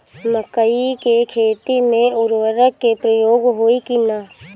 मकई के खेती में उर्वरक के प्रयोग होई की ना?